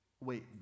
Wait